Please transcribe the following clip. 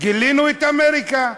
גילינו את אמריקה,